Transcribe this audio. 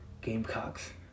gamecocks